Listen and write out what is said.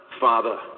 father